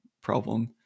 problem